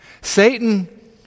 Satan